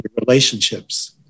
relationships